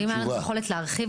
ואם הייתה לנו יכולת להרחיב,